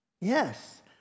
Yes